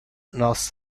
nos